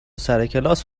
سرکلاس